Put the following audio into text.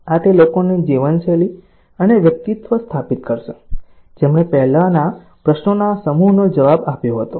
આ તે લોકોની જીવનશૈલી અને વ્યક્તિત્વ સ્થાપિત કરશે જેમણે પહેલાના પ્રશ્નોના સમૂહનો જવાબ આપ્યો હતો